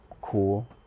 cool